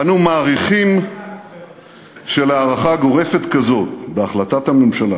"אנו מעריכים שלהערכה גורפת כזאת בהחלטת הממשלה